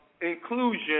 inclusion